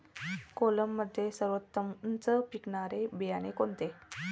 कोलममध्ये सर्वोत्तम उच्च पिकणारे बियाणे कोणते?